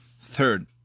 Third